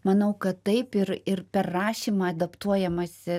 manau kad taip ir ir per rašymą adaptuojamasi